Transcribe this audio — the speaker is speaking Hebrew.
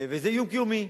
וזה איום קיומי.